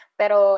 pero